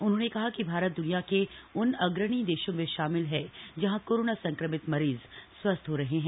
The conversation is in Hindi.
उन्होंने कहा कि भारत दुनिया के उन अग्रणी देशों में शामिल है जहां कोरोना संक्रमित मरीज स्वस्थ हो रहे हैं